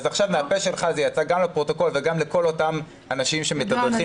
מהפה שלך זה יצא גם לפרוטוקול וגם לכל אותם אנשים שמתדרכים